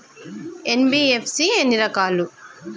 NBFC ఎన్ని రకాలు?